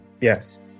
yes